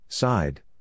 Side